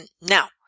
Now